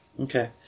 Okay